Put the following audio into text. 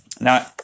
Now